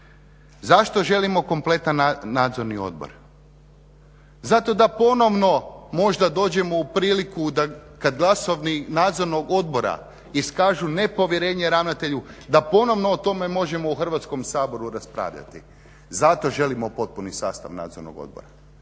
Zašto želimo kompletan Nadzorni odbor? Zato da ponovno možda dođemo u priliku da kad glasovi Nadzornog odbora iskažu nepovjerenje ravnatelju, da ponovno o tome možemo u Hrvatskom raspravljati. Zato želimo potpuni sastav Nadzornog odbora,